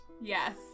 Yes